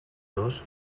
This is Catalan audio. dos